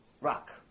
rock